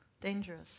Dangerous